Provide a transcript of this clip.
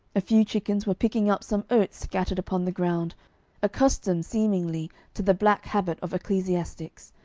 a few chickens were picking up some oats scattered upon the ground accustomed, seemingly, to the black habit of ecclesiastics,